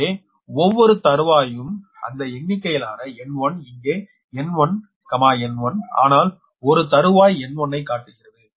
எனவே ஒவ்வொரு தறுவாயாகும் அந்த எண்ணிக்கையிலான N1 இங்கே N1 N1 ஆனால் ஒரு தறுவாய் N1 ஐக் காட்டுகிறது